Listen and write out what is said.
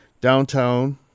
downtown